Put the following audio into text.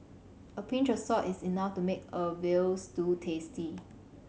a pinch of salt is enough to make a veal stew tasty